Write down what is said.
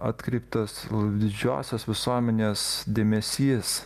atkreiptas l didžiosios visuomenės dėmesys